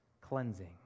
cleansing